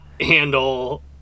handle